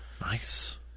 nice